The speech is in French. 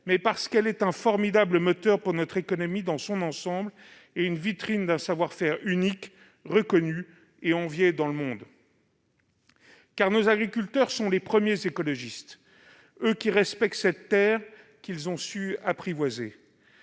aussi parce qu'elle est un formidable moteur pour l'ensemble de notre économie et la vitrine d'un savoir-faire unique, reconnu et envié dans le monde entier. Nos agriculteurs sont les premiers écologistes. Ils respectent cette terre qu'ils ont su apprivoiser.